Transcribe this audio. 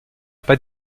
pas